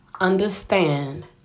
understand